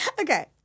Okay